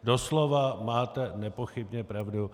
Doslova máte nepochybně pravdu.